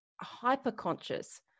hyper-conscious